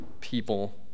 people